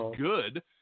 good